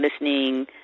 listening